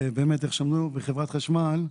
ובאמת איך שאמרו בחברת חשמל,